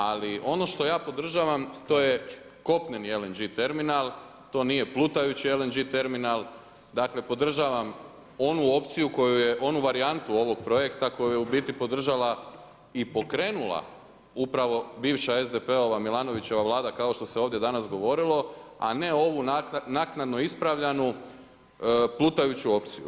Ali ono što ja podržavam, to je kopneni LNG terminal, to nije plutajući LNG terminal, dakle podržavam onu opciju koju je, onu varijantu ovog projekta koju je u biti podržala i pokrenula upravo bivša SDP-ova Milanovićeva Vlada kao što se ovdje danas govorilo, a ne ovu naknadno ispravljanu plutajuću opciju.